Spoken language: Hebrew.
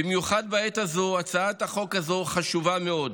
במיוחד בעת הזאת הצעת החוק הזאת חשובה מאוד.